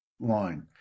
Line